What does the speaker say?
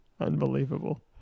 Unbelievable